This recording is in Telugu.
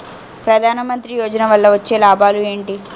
ప్రధాన మంత్రి యోజన వల్ల వచ్చే లాభాలు ఎంటి?